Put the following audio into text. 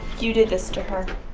you did this to her.